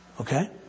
Okay